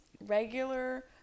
Regular